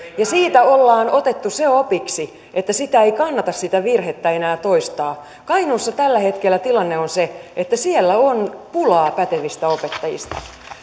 ja siitä ollaan otettu se opiksi että ei kannata sitä virhettä enää toistaa kainuussa tällä hetkellä tilanne on se että siellä on pulaa pätevistä opettajista